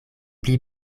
pli